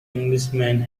englishman